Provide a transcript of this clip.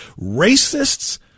racists